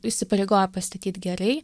įsipareigoja pastatyt gerai